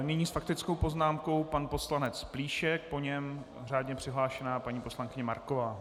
Nyní s faktickou poznámkou pan poslanec Plíšek, po něm řádně přihlášená paní poslankyně Marková.